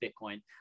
Bitcoin